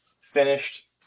finished